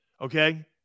okay